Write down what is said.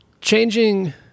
changing